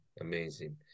Amazing